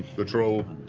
the troll.